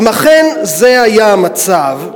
אם אכן זה היה המצב,